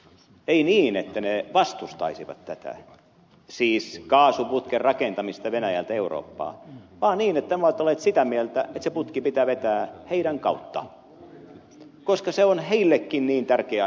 ne eivät suhtaudu niin että ne vastustaisivat tätä siis kaasuputken rakentamista venäjältä eurooppaan vaan ne ovat olleet sitä mieltä että se putki pitää vetää niiden kautta koska se on niillekin niin tärkeä asia